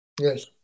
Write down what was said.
Yes